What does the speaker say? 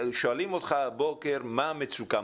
שואלים אותך הבוקר מה המצוקה.